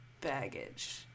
baggage